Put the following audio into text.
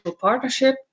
partnership